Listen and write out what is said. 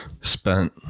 spent